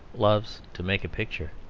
loves to make a picture.